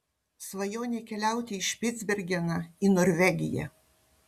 svajonė keliauti į špicbergeną į norvegiją